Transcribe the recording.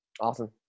Awesome